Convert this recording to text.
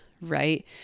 right